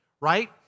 right